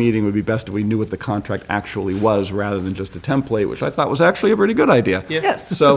meeting with the best we knew what the contract actually was rather than just a template which i thought was actually a pretty good idea yes so